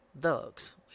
thugs